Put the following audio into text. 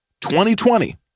2020